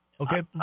Okay